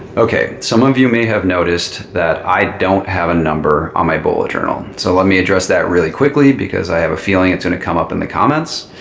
okay. some of you may have noticed that i don't have a number on my bullet journal. so let me address that really quickly because i have a feeling it's going to come up in the comments.